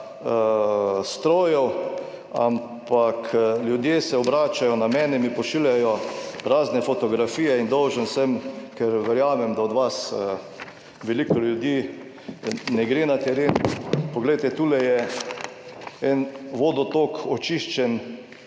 strojev, ampak ljudje se obračajo na mene, mi pošiljajo razne fotografije in dolžan sem, ker verjamem, da od vas veliko ljudi ne gre na teren. Poglejte, tule je en vodotok očiščen